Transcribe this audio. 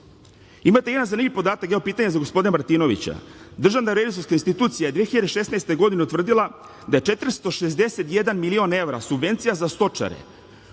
jedan zanimljiv podatak, evo pitanja za gospodina Martinovića, Državna revizorska institucija je 2016. godine utvrdila da 461 milion evra subvencija za stočare